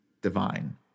divine